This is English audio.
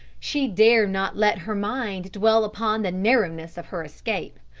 she dare not let her mind dwell upon the narrowness of her escape.